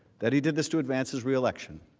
that he did this to advance his reelection.